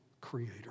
creator